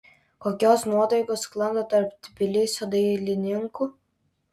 kokios nuotaikos sklando tarp tbilisio dailininkų